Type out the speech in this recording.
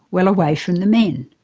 well away from the men.